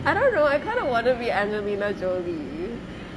I don't know I kind of want to be angelina jolie